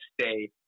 stay